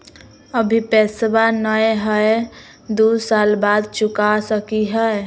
अभि पैसबा नय हय, दू साल बाद चुका सकी हय?